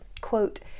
quote